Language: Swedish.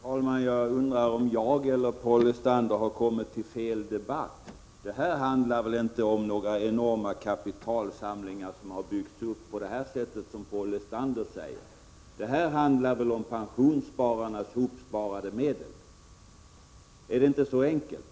Herr talman! Jag undrar om jag eller Paul Lestander har kommit till fel debatt. Denna debatt handlar inte om enorma kapitalsamlingar som byggts upp på det sätt som Paul Lestander hävdar. Det handlar om pensionsspararnas hopsparade medel. Är det inte så enkelt?